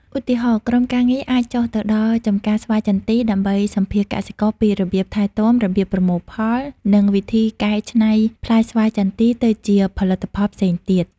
ឧទាហរណ៍ ក្រុមការងារអាចចុះទៅដល់ចម្ការស្វាយចន្ទីដើម្បីសម្ភាសន៍កសិករពីរបៀបថែទាំ របៀបប្រមូលផល និងវិធីកែច្នៃផ្លែស្វាយចន្ទីទៅជាផលិតផលផ្សេងទៀត។